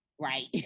right